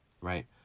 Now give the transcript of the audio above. right